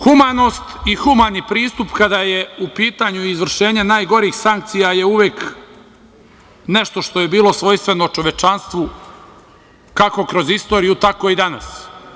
Humanost i humani pristup kada je u pitanju izvršenje najgorih sankcija je uvek nešto što je bilo svojstveno čovečanstvu, kako kroz istoriju, tako i danas.